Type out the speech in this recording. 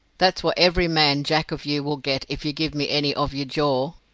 that's what every man jack of you will get if you give me any of your jaw.